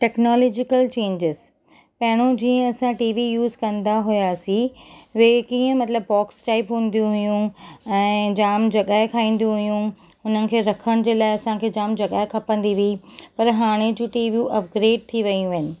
technological changes पहिरियों जीअं असां टी वी यूज़ कंदा हुयासीं उहे कीअं मतलबु बॉक्स टाइप हूंदी हुयूं ऐं जामु जॻहि खाईंदी हुयूं हुनिन खे रखण जे लाइ असांखे जामु जॻहि खपंदी हुई पर हाणे जूं टीवियूं अपग्रेड थी वियूं आहिनि